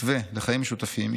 מתווה לחיים משותפים,